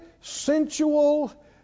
sensual